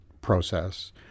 process